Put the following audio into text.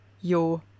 yo